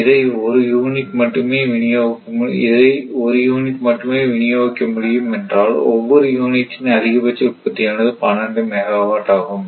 இதை ஒரு யூனிட் மட்டுமே விநியோகிக்க முடியும் ஏனென்றால் ஒவ்வொரு யூனிட்டின் அதிகபட்ச உற்பத்தியானது 12 மெகாவாட் ஆகும்